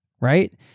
right